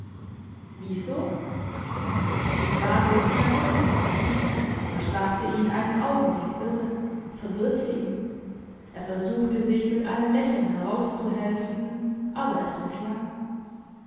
wie so die frage klang wirklich naiv und machte ihn einen augenblick irre verwirrte ihn er versuchte sich mit einem lächeln herauszuhelfen aber es misslang